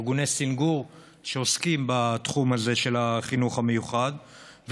ארגוני סנגור שעוסקים בתחום הזה של החינוך המיוחד,